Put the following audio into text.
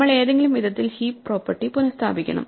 നമ്മൾ ഏതെങ്കിലും വിധത്തിൽ ഹീപ്പ് പ്രോപ്പർട്ടി പുനസ്ഥാപിക്കണം